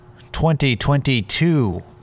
2022